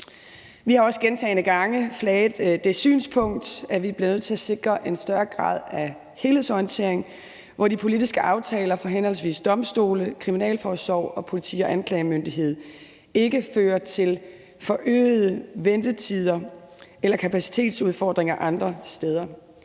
Vi har også gentagne gange flaget det synspunkt, at vi bliver nødt til at sikre en større grad af helhedsorientering, hvor de politiske aftaler om henholdsvis domstolene, kriminalforsorgen og politiet og anklagemyndigheden ikke fører til forøgede ventetider eller kapacitetsudfordringer andre steder.